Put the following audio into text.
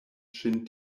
ŝin